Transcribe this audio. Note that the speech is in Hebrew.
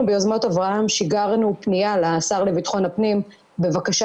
אנחנו ביוזמות אברהם שיגרנו פנייה לשר לבטחון פנים בבקשה